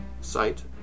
site